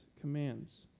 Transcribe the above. commands